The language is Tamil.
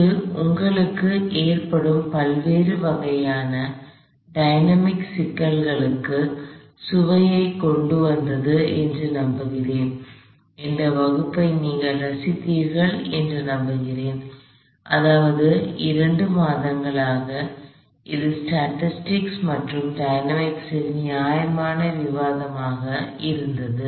இது உங்களுக்கு ஏற்படும் பல்வேறு வகையான டைனமிக் சிக்கல்களுக்கு சுவையைக் கொண்டுவந்தது என்று நம்புகிறேன் இந்த வகுப்பை நீங்கள் ரசித்தீர்கள் என்று நம்புகிறேன் அதாவது இரண்டு மாதங்களாக இது ஸ்டாடிக்ஸ் மற்றும் டயனாமிக்ஸ் ல் நியாயமான விவாதமாக இருந்தது